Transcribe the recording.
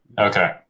okay